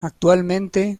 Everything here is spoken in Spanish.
actualmente